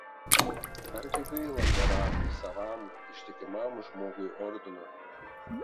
argi gaila geram savam ištikimam žmogui ordino